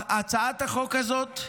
הצעת החוק הזאת,